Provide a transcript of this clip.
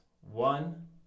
One